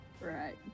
Right